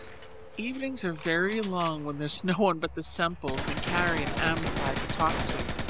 evenings are very long when there's no one but the semples and carrie and amasai to talk to.